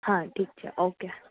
હા ઠીક છે ઓકે